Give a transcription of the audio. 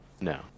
No